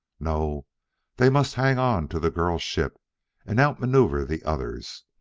no they must hang onto the girl's ship and outmaneuver the others.